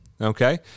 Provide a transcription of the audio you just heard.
Okay